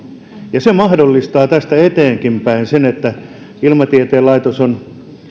ja se mahdollistaa tästä eteenkinpäin sen että ilmatieteen laitos on